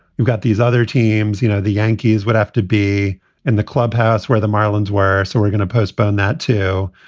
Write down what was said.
you've got these other teams. you know, the yankees would have to be in the clubhouse where the marlins were. so we're going to postpone that, too.